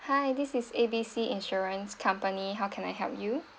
hi this is A B C insurance company how can I help you